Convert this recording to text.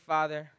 Father